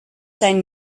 zijn